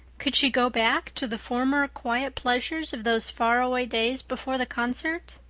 could she go back to the former quiet pleasures of those faraway days before the concert?